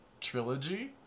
trilogy